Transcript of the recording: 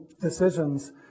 decisions